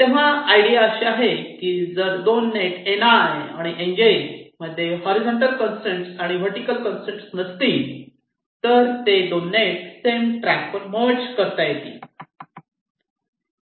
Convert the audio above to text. तेव्हा आयडिया अशी आहे कि जर दोन नेट Ni आणि Nj मध्ये दरम्यान हॉरीझॉन्टल कंसट्रेन आणि वर्टीकल कंसट्रेन नसतील तर ते दोन नेट सेम ट्रॅक वर मर्ज करता येतील